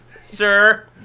Sir